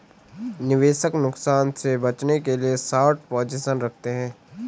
निवेशक नुकसान से बचने के लिए शार्ट पोजीशन रखते है